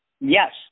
Yes